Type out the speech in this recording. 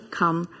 come